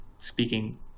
speaking